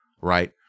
right